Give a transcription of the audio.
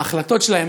ההחלטות שלהם,